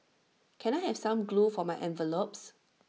can I have some glue for my envelopes